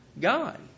God